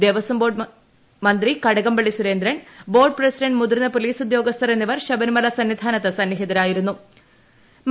Devaswom board മന്ത്രി Kadakampally Surendran board president മുതിർന്ന police ഉദ്യോഗൃസ്മർ എന്നിവർ ശബരിമല സന്നിധാനത്ത് സന്നിഹിത്ര്യി്രുന്നു